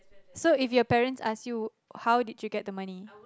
so if your parents ask you how did you get the money